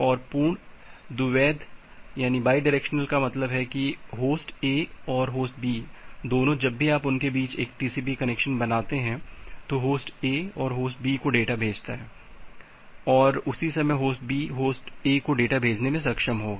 और पूर्ण द्वैध का मतलब है कि होस्ट A और होस्ट B दोनों जब भी आप उनके बीच एक टीसीपी कनेक्शन बनाते हैं तो होस्ट A होस्ट B को डेटा भेजता है और उसी समय होस्ट B होस्ट A को डेटा भेजने में सक्षम होगा